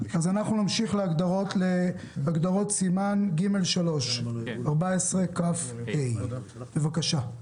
אנחנו נמשיך בהגדרות, סימן ג'3, 14 כה, בבקשה.